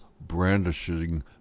brandishing